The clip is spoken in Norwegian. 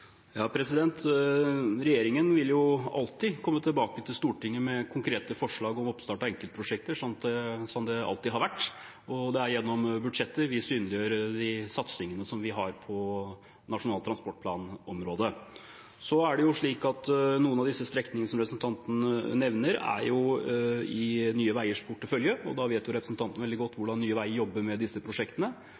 Regjeringen vil alltid komme tilbake til Stortinget med konkrete forslag om oppstart av enkeltprosjekter, slik det alltid har vært. Det er gjennom budsjettet vi synliggjør de satsingene vi har på Nasjonal transportplan-området. Noen av disse strekningene som representanten nevner, er i Nye Veiers portefølje, og representanten vet veldig godt hvordan Nye Veier jobber med disse prosjektene.